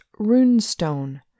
runestone